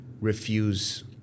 refuse